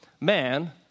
Man